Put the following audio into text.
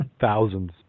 Thousands